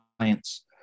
science